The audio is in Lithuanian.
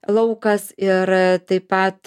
laukas ir taip pat